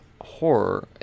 horror